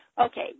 okay